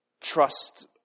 trust